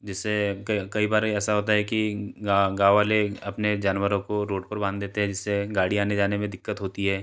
जिससे कई बार ऐसा होता है कि गाँव वाले अपने जानवरों को रोड पर बांध देते हैं जिससे गाड़ी आने जाने में दिक्कत होती है